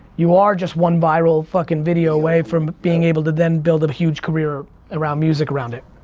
you are just one viral fucking video away from being able to then build a huge career around music around it.